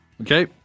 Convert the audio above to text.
okay